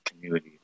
community